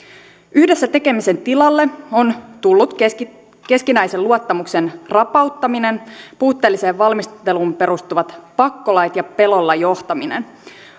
yhdessä tekemisen tilalle on tullut keskinäisen keskinäisen luottamuksen rapauttaminen puutteelliseen valmisteluun perustuvat pakkolait ja pelolla johtaminen